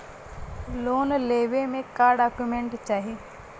Loan लेवे मे का डॉक्यूमेंट चाही?